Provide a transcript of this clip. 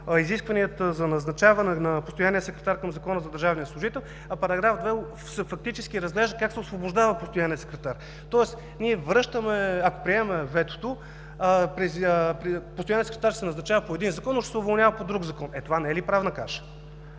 изискванията за назначаване на постоянния секретар по Закона за държавния служител, а параграф 2 фактически разглежда как се освобождава постоянният секретар. Тоест, ако приемем ветото, постоянният секретар ще се назначава по един закон, но ще се уволнява по друг закон. Това не е ли правна каша?